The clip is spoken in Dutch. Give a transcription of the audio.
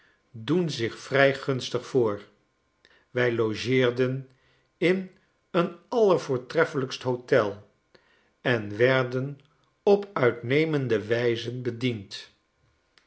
doen zich vrij gunstig voor wij logeerden in een allervoortreffelijkst hotel en werden op uitnemende wijze bediend